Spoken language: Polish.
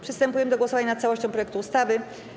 Przystępujemy do głosowania nad całością projektu ustawy.